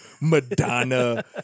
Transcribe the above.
madonna